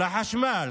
לחשמל.